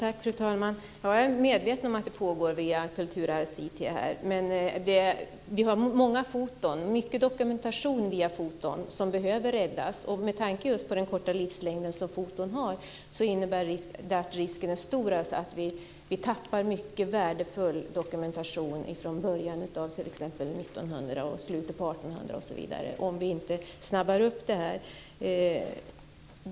Fru talman! Jag är medveten om att det pågår ett arbete via Kulturarvs-IT, men vi har många foton och mycket dokumentation via foton som behöver räddas. Med tanke just på den korta livslängd som foton har är risken stor att vi tappar mycket värdefull dokumentation t.ex. från början av 1900-talet och slutet på 1800-talet, osv., om vi inte snabbar på.